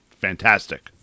fantastic